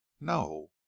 No